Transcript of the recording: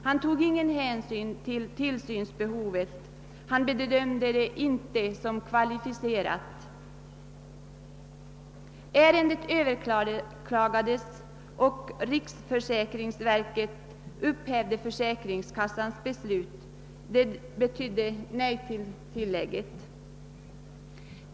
Han tog ingen hänsyn till tillsynsbehovet, han bedömde det inte som kvalificerat. — Försäkringskassans beslut överklagades och riksförsäkringsverket upphävde beslutet, vilket betydde nej till invaliditetstillägget.